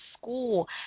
school